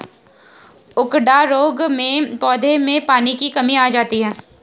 उकडा रोग में पौधों में पानी की कमी आ जाती है